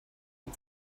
dem